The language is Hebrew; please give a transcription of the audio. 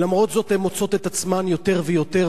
ולמרות זאת הן מוצאות את עצמן יותר ויותר